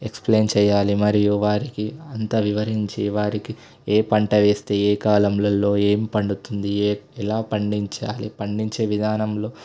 explain చెయ్యాలి మరియు వారికి అంతా వివరించి వారికి ఏ పంట వేస్తే ఏ కాలంలో ఏం పండుతుంది ఎలా పండించాలి పండించే విధానంలో